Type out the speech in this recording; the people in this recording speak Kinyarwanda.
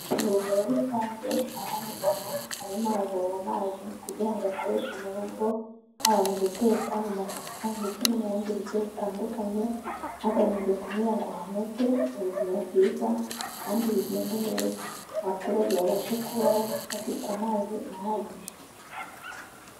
Ivomero rusange aho umumama arimo aravoma amazi, kugira ngo ayakoreshe mu rugo, haba mu guteka, mu masuku, ndetse no mu bundi buryo butandukanye, hagamijwe kugira ngo hanozwe ubuzima bwiza, kandi bigende neza. Abaturage babashe kubaho bafite amazi ahagije.